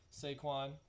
Saquon